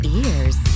ears